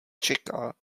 čeká